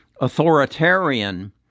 authoritarian